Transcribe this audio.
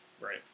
Right